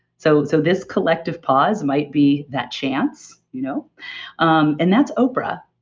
so so this collective pause might be that chance. you know um and that's oprah.